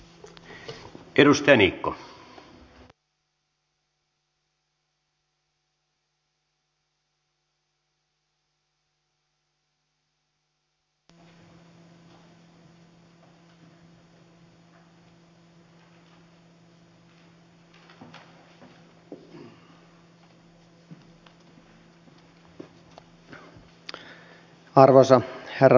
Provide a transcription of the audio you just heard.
arvoisa herra puhemies